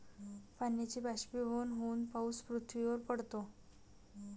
पाण्याचे बाष्पीभवन होऊन पाऊस पृथ्वीवर पडतो